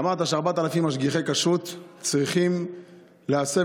השבוע אמרת ש-4,000 משגיחי כשרות צריכים להסב